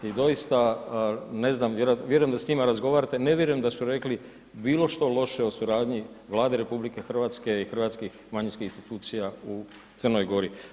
I doista ne znam, vjerujem da s njima razgovarate, ne vjerujem da su rekli bilo što loše o suradnji Vlade RH i hrvatskih manjinskih institucija u Crnoj Gori.